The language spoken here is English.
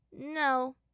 No